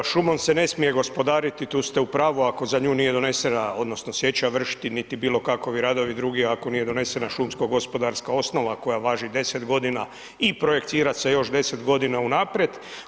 Šumom se ne smije gospodariti, tu ste u pravu ako za nju nije donesena, odnosno sječa vršiti niti bilo kakvi radovi drugi ako nije donesena šumsko gospodarska osnova koja važi 10 godina i projekcira se još 10 godina unaprijed.